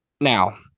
Now